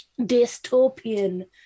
dystopian